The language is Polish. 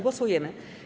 Głosujemy.